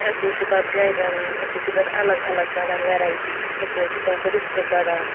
أسۍ حظ چھِ پَتہٕ گَرِ رَنان أسۍ حظ چھِ تَتھ الگ الگ کَڑان وٮ۪رایٹی أسۍ حظ چھِ تَتھ رِستہٕ کَڑان